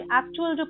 actual